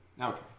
Okay